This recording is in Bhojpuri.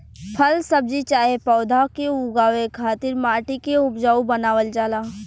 फल सब्जी चाहे पौधा के उगावे खातिर माटी के उपजाऊ बनावल जाला